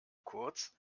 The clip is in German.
kurz